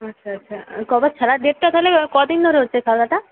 আচ্ছা আচ্ছা কবে খেলার ডেটটা তাহলে কদিন ধরে হচ্ছে খেলাটা